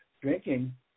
drinking